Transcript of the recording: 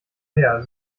her